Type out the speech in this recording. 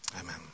Amen